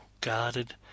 guarded